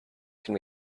can